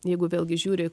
jeigu vėlgi žiūri